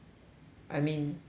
I mean ya